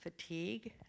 fatigue